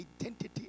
identity